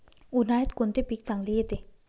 उन्हाळ्यात कोणते पीक चांगले येते?